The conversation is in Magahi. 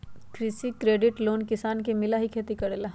कृषि क्रेडिट लोन किसान के मिलहई खेती करेला?